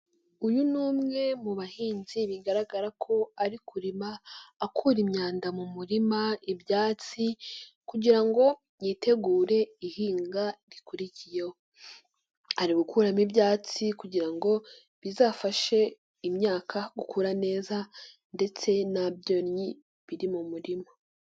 Uyu ni umwe mu bahinzi bigaragara ko ari kurema akura imyanda mu murima, ibyatsi kugira ngo yitegure ihinga rikurikiyeho, ari gukuramo ibyatsi kugira ngo bizafashe imyaka gukura neza ndetse na byonyi biri mu murima.